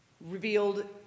revealed